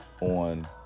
on